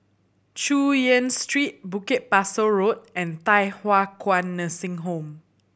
Chu Yen Street Bukit Pasoh Road and Thye Hua Kwan Nursing Home